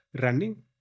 running